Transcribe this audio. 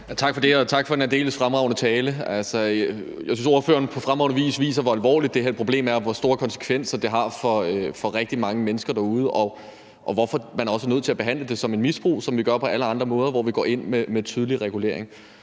Tak for det, og tak for en aldeles fremragende tale. Jeg synes, ordføreren på fremragende vis viser, hvor alvorligt det her problem er, og hvor store konsekvenser det har for rigtig mange mennesker derude, og hvorfor man også er nødt til at behandle det som et misbrug, som vi gør på alle andre områder, hvor vi går ind med tydelig regulering.